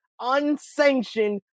unsanctioned